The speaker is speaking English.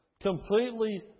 completely